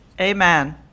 Amen